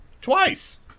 twice